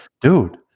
dude